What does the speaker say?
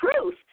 truth